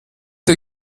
der